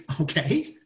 Okay